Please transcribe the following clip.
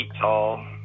tall